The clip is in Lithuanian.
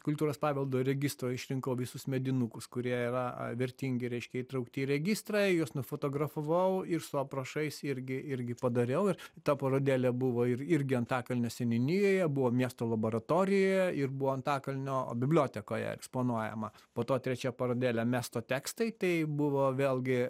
kultūros paveldo registro išrinkau visus medinukus kurie yra a vertingi reiškia įtraukti į registrą juos nufotografavau ir su aprašais irgi irgi padariau ir ta parodėlė buvo ir irgi antakalnio seniūnijoje buvo miesto laboratorijoje ir buvo antakalnio bibliotekoje eksponuojama po to trečia parodėlė miesto tekstai tai buvo vėlgi